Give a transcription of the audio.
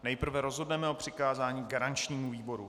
Nejprve rozhodneme o přikázání garančnímu výboru.